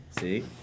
See